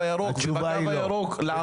הירוק -- לתפיסת עולמי התשובה היא לא.